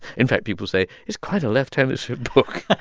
in fact, people say is quite a left-hemisphere book.